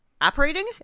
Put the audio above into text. Operating